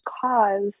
cause